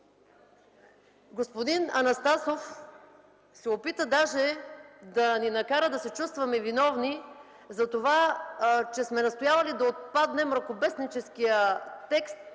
Господин Анастасов се опита даже да ни накара да се чувстваме виновни за това, че сме настоявали да отпадне мракобесническият текст,